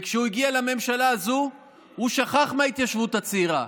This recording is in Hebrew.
וכשהוא הגיע לממשלה הזו הוא שכח מההתיישבות הצעירה,